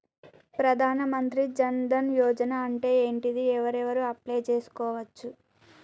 ప్రధాన మంత్రి జన్ ధన్ యోజన అంటే ఏంటిది? ఎవరెవరు అప్లయ్ చేస్కోవచ్చు?